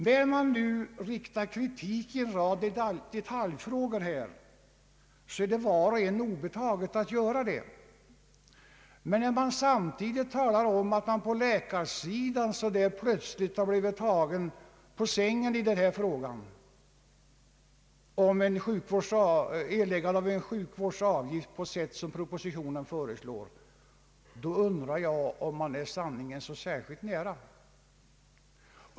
När man nu riktar kritik i en rad detaljfrågor, så är det var och en obetaget att göra det. Men när man samtidigt talar om att man på läkarsidan »tagits på sängen» i fråga om sjukvårdsavgift enligt propositionen, då undrar jag om man är sanningen särskilt nära.